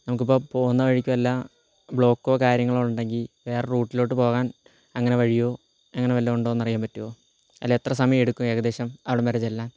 നമുക്കിപ്പോൾ പോകുന്ന വഴിക്ക് വല്ല ബ്ലോക്കോ കാര്യങ്ങളോ ഉണ്ടെങ്കിൽ വേറെ റൂട്ടിലോട്ട് പോകാൻ അങ്ങനെ വഴിയോ അങ്ങനെ വല്ലതും ഉണ്ടോ എന്നറിയാൻ പറ്റോ അല്ലാ എത്ര സമയയെടുക്കും ഏകദേശം അവിടം വരെ ചെല്ലാൻ